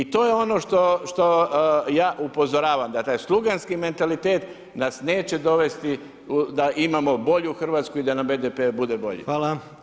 I to je ono što ja upozoravam da taj sluganski mentalitet nas neće dovesti da imamo bolju Hrvatsku i da nam BDP bude bolji.